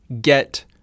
get